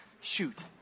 shoot